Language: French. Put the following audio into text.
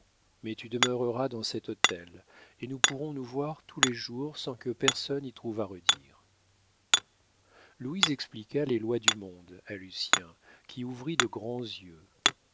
mais tu demeureras dans cet hôtel et nous pourrons nous voir tous les jours sans que personne y trouve à redire louise expliqua les lois du monde à lucien qui ouvrit de grands yeux